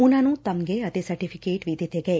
ਉਨਾਂ ਨੂੰ ਤਮਗੇ ਅਤੇ ਸਰਟੀਫਿਕੇਟ ਵੀ ਦਿੱਤੇ ਗਏ